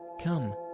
Come